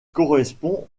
correspond